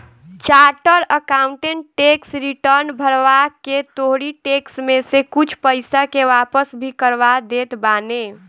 charter accountant tax return भरवा के तोहरी टेक्स में से कुछ पईसा के वापस भी करवा देत बाने